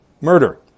murder